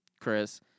Chris